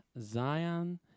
Zion